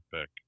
pick